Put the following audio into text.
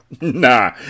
nah